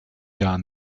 gar